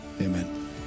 Amen